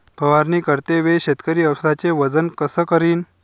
फवारणी करते वेळी शेतकरी औषधचे वजन कस करीन?